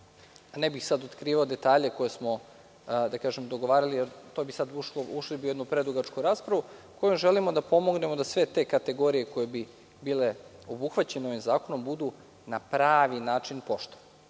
ne bih sada otkrivao detalje koje smo dogovarali, jer bi ušli u jednu predugačku raspravu, kojim želimo da pomognemo da sve te kategorije koje bi bile obuhvaćene ovim zakonom budu na pravi način poštovane.